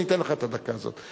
אני אתן לך את הדקה הזאת,